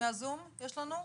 יש לנו?